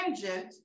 tangent